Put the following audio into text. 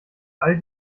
all